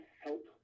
help